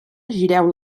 gireu